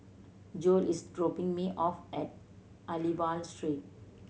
Joel is dropping me off at Aliwal Street